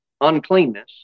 uncleanness